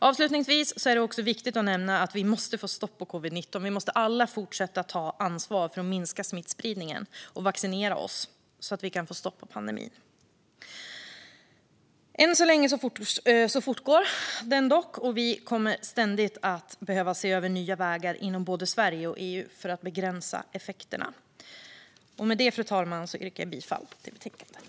Avslutningsvis är det också viktigt att nämna att vi måste få stopp på covid-19. Vi måste alla fortsätta ta ansvar för att minska smittspridningen och vaccinera oss för att få stopp på pandemin. Än så länge fortgår den dock, och vi kommer att ständigt behöva se över nya vägar inom både Sverige och EU för att begränsa effekterna. Fru talman! Med det yrkar jag bifall till förslaget i betänkandet.